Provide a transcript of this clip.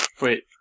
Wait